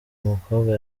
mukobwa